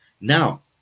Now